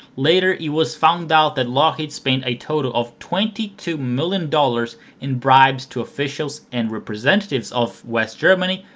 later it was found out that lockheed spent a total of twenty two million dollars in bribes to officials and representatives of west germany,